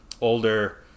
older